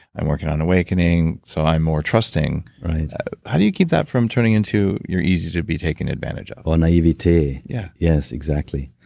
i'm working on awakening, so i'm more trusting right how do you keep that from turning into you're easy to be taken advantage of? oh, naivete yeah yes, exactly.